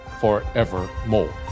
forevermore